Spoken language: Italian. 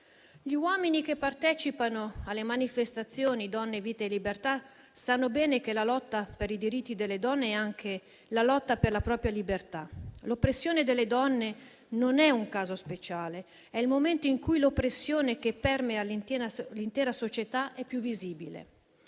gli uomini che partecipano alle manifestazioni «Donna, vita e libertà» sanno bene che la lotta per i diritti delle donne è anche la lotta per la propria libertà. L'oppressione delle donne non è un caso speciale, è il momento in cui l'oppressione che permea l'intera società è più visibile.